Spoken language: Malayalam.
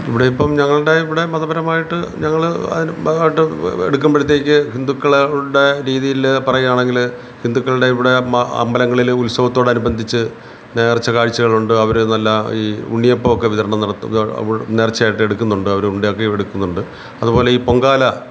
ഇവിടെ ഇപ്പം ഞങ്ങളുടെ ഇവിടെ മതപരമായിട്ട് ഞങ്ങൾ അതിന് ഭാഗമായിട്ട് എടുക്കുമ്പോഴത്തേക്ക് ഹിന്ദുക്കളുടെ രീതിയിൽ പറയുവാണെങ്കിൽ ഹിന്ദുക്കളുടെ ഇവിടെ മാ അമ്പലങ്ങളിൽ ഉത്സവത്തോടനുബന്ധിച്ച് നേർച്ച കാഴ്ച്ചകളുണ്ട് അവർ നല്ല ഈ ഉണ്ണിയപ്പം ഒക്കെ വിതരണം നടത്തുന്നത് അവർ നേർച്ചയായിട്ട് എടുക്കുന്നുണ്ട് അവർ ഉണ്ടാക്കിയും എടുക്കുന്നുണ്ട് അതുപോലെ ഈ പൊങ്കാല